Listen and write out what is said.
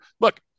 Look